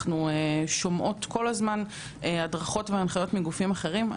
אנחנו שומעות כל הזמן הדרכות והנחיות מגופים אחרים.